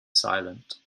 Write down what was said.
silent